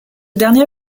dernier